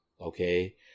okay